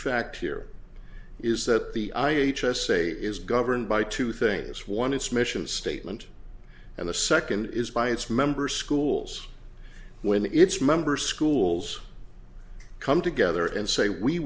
here is that the i h s a is governed by two things one its mission statement and the second is by its member schools when its member schools come together and say we